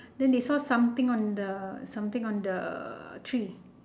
then they saw something on the something on the tree